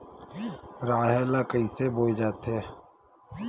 राहेर ल कइसे बोय जाथे?